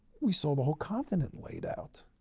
we saw the whole continent laid out.